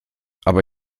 aber